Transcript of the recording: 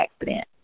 accident